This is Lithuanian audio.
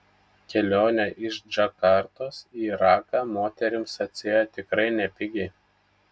kelionė iš džakartos į raką moterims atsiėjo tikrai nepigiai